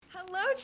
Hello